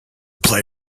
play